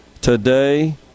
Today